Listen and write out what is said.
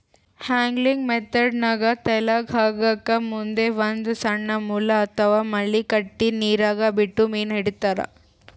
angling ಮೆಥೆಡ್ನಾಗ್ ತೆಳ್ಳಗ್ ಹಗ್ಗಕ್ಕ್ ಮುಂದ್ ಒಂದ್ ಸಣ್ಣ್ ಮುಳ್ಳ ಅಥವಾ ಮಳಿ ಕಟ್ಟಿ ನೀರಾಗ ಬಿಟ್ಟು ಮೀನ್ ಹಿಡಿತಾರ್